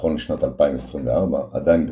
שנכון לשנת 2024 עדיין בתכנון,